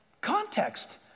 Context